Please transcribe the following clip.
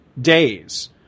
days